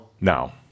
Now